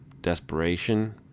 desperation